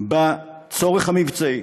בצורך המבצעי.